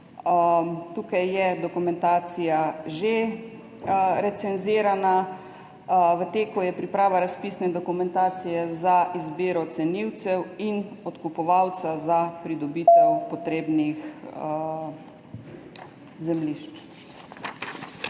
Tukaj je dokumentacija že recenzirana. V teku je priprava razpisne dokumentacije za izbiro cenilcev in odkupovalca za pridobitev potrebnih zemljišč.